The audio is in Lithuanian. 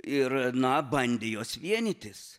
ir na bandė jos vienytis